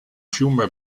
fiume